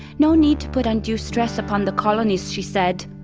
no need to put undue stress upon the colonists, she said.